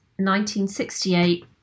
1968